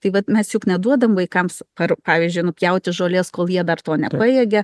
tai vat mes juk neduodam vaikams ar pavyzdžiui nupjauti žolės kol jie dar to nepajėgia